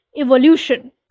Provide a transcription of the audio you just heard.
evolution